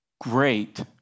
great